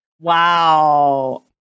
wow